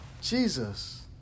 Jesus